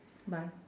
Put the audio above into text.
bye